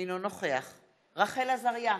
אינו נוכח רחל עזריה,